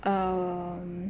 um